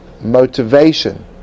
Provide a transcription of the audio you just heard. motivation